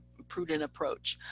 prudent approach.